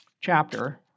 chapter